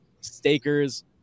stakers